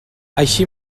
així